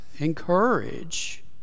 encourage